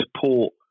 support